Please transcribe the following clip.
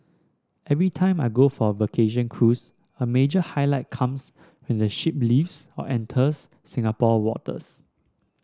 every time I go for a vacation cruise a major highlight comes when the ship leaves or enters Singapore waters